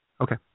Okay